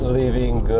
living